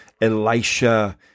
Elisha